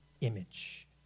image